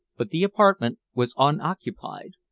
but the apartment was unoccupied.